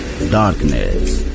Darkness